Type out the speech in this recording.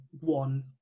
one